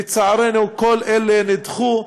לצערנו, כל אלה נדחו,